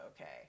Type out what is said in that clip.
okay